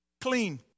clean